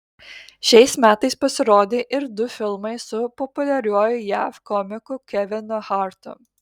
šiais metais pasirodė ir du filmai su populiariuoju jav komiku kevinu hartu